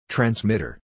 Transmitter